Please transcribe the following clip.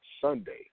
Sunday